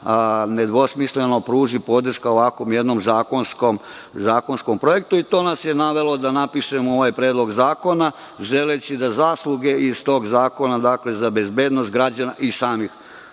nedvosmisleno pruži podrška ovakvom jednom zakonskom projektu. To nas je navelo da napišemo ovaj predlog zakona, želeći da zasluge iz tog zakona za bezbednost građana i samih